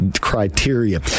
criteria